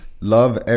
Love